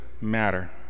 matter